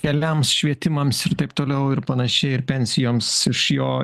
keliams švietimams ir taip toliau ir panašiai ir pensijoms iš jo